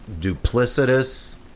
duplicitous